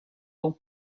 nom